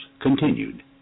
continued